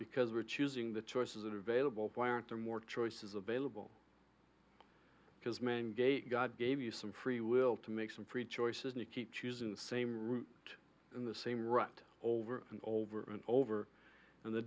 because we're choosing the choices that are available why aren't there more choices available because man gave god gave you some free will to make some free choice and you keep choosing the same route in the same rut over and over and over and the